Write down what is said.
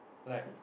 like